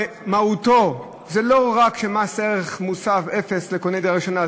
במהותו זה לא רק מס ערך מוסף אפס לקוני דירה ראשונה,